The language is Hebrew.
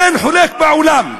אין חולק בעולם.